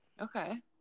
okay